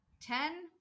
Ten